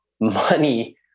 money